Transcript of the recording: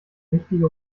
wichtige